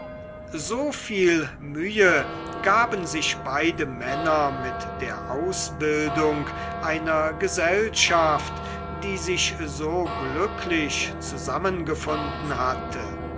so viel mühe gaben sich beide männer mit der ausbildung einer gesellschaft die sich so glücklich zusammengefunden hatte